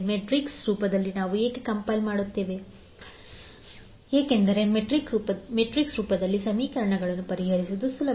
matrix ರೂಪದಲ್ಲಿ ನಾವು ಏಕೆ ಕಂಪೈಲ್ ಮಾಡುತ್ತಿದ್ದೇವೆ ಏಕೆಂದರೆ ಮ್ಯಾಟ್ರಿಕ್ಸ್ ರೂಪದಲ್ಲಿ ಸಮೀಕರಣವನ್ನು ಪರಿಹರಿಸುವುದು ಸುಲಭ